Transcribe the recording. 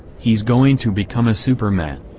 he's going to become a superman.